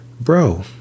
Bro